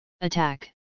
attack